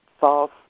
false